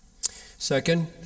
Second